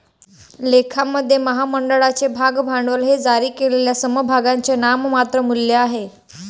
लेखामध्ये, महामंडळाचे भाग भांडवल हे जारी केलेल्या समभागांचे नाममात्र मूल्य आहे